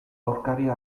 aurkaria